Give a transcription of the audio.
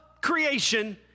creation